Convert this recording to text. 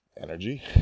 energy